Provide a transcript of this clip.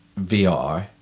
VR